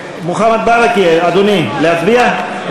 הכנסת אמנון כהן לסעיף 04,